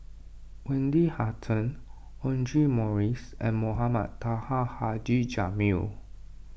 Wendy Hutton Audra Morrices and Mohamed Taha Haji Jamil